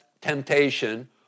temptation